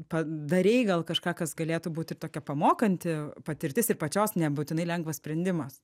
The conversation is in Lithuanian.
padarei gal kažką kas galėtų būt ir tokia pamokanti patirtis ir pačios nebūtinai lengvas sprendimas